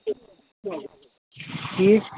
ٹھیٖک آ